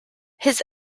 his